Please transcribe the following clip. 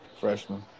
Freshman